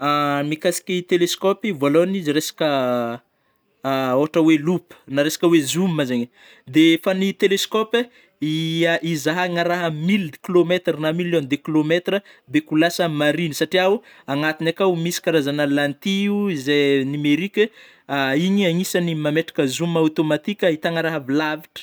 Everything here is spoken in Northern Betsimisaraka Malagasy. Mikasiky teleskaopy, vôlôhagny izy resaka a ôhatra oe lopy, na resaka oe zoom zegny, de fa ny teleskope ia izahagna rah milde kilometre na million de kilometre beko lasa marigny satria o agnatiny akao misy karazagna lentille o ze numerique a igny agnisany mametraka zoom automatika ahitagna rah avy lavitry.